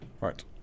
Right